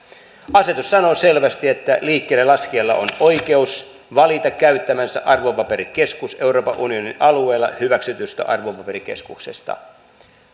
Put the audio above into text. asetus sanoo selvästi että liikkeelle laskijalla on oikeus valita käyttämänsä arvopaperikeskus euroopan unionin alueella hyväksytyistä arvopaperikeskuksista